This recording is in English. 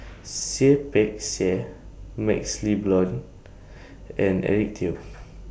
Seah Peck Seah MaxLe Blond and Eric Teo